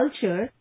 culture